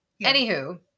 anywho